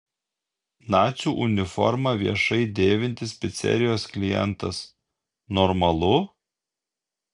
nacių uniformą viešai dėvintis picerijos klientas normalu